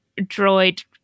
droid